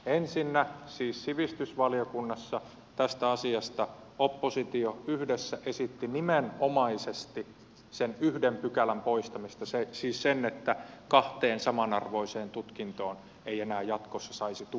ensinnä siis sivistysvaliokunnassa tästä asiasta oppositio yhdessä esitti nimenomaisesti sen yhden pykälän poistamista siis sen että kahteen samanarvoiseen tutkintoon ei enää jatkossa saisi tukioikeutta